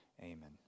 Amen